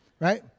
Right